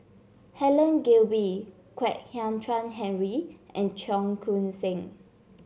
Helen Gilbey Kwek Hian Chuan Henry and Cheong Koon Seng